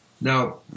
Now